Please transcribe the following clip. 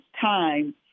time